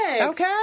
Okay